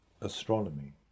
astronomy